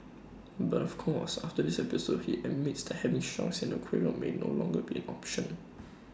but of course after this episode he admits that having sharks in the aquarium may no longer be an option